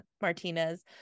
Martinez